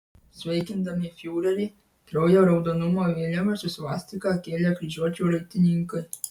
sveikindami fiurerį kraujo raudonumo vėliavas su svastika kėlė kryžiuočių raitininkai